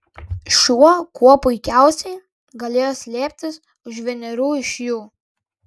šuo kuo puikiausiai galėjo slėptis už vienerių iš jų